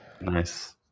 Nice